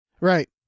Right